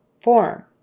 FORM